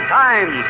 time